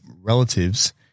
relatives-